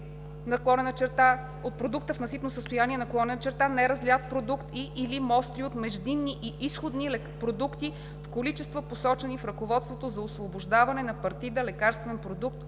от продукта в насипно състояние/неразлят продукт, и/или мостри от междинни и изходни продукти в количества, посочени в Ръководството за освобождаване на партида лекарствен продукт